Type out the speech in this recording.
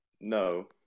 No